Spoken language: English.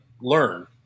learn